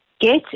get